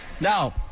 Now